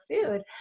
food